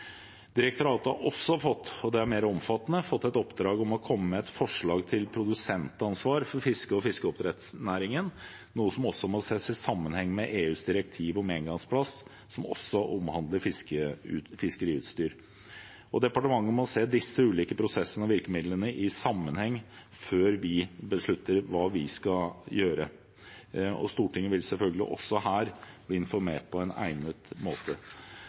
omfattende – i oppdrag å komme med et forslag til produsentansvar for fiske- og fiskeoppdrettsnæringen, noe som også må ses i sammenheng med EUs direktiv om engangsplast, som også omhandler fiskeriutstyr. Departementet må se disse ulike prosessene og virkemidlene i sammenheng før vi beslutter hva vi skal gjøre. Stortinget vil selvfølgelig også her bli informert på egnet måte.